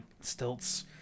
Stilts